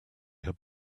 had